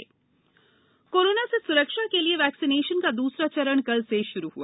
टीकाकरण कोरोना से सुरक्षा के लिए वैक्सीनेशन का दूसरा चरण कलसे शुरू हुआ